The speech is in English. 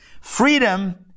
Freedom